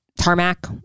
tarmac